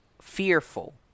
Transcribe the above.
fearful